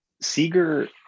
Seeger